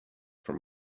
from